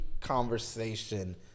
conversation